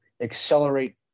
accelerate